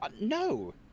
no